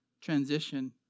transition